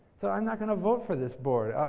so, i'm not going to vote for this board.